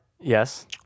yes